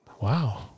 wow